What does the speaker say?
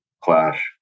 clash